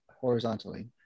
horizontally